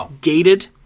gated